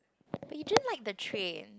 but you just like the train